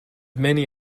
many